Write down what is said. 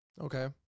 Okay